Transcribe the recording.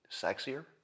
sexier